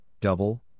double